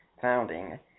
founding